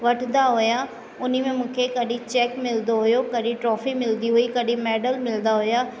वठंदा हुआ हुन में मूंखे कॾहिं चैक मिलंदो हुओ कॾहिं ट्रॉफी मिलंदी हुई कॾहिं मैडल मिलंदा हुआ